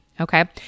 Okay